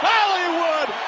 Hollywood